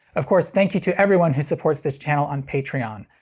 of course, thank you to everyone who supports this channel on patreon!